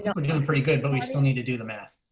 yeah but doing pretty good. but we still need to do the math.